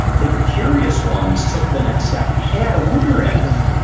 the curious ones took the next step, hey, i wonder if,